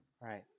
right